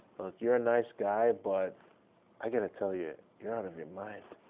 you're a nice guy, but i gotta tell you, you're out of your mind.